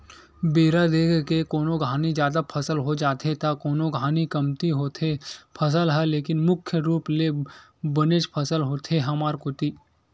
बेरा देख के कोनो घानी जादा फसल हो जाथे त कोनो घानी कमती होथे फसल ह लेकिन मुख्य रुप ले बनेच फसल होथे हमर कोती